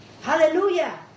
Hallelujah